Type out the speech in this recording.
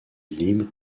libres